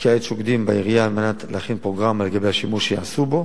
וכעת שוקדים בעירייה על מנת להכין פרוגרמה לגבי השימוש שייעשה בו.